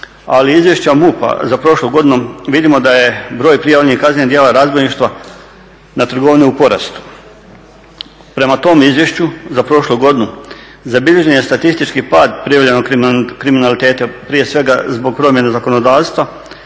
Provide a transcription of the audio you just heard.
A iz izvješća MUP-a za prošlu godinu vidim da je broj prijavljenih kaznenih djela razbojništva na trgovine u porastu. Prema tom izvješću za prošlu godinu zabilježen je statistički pad prijavljenog kriminaliteta prije svega zbog promjene zakonodavstva,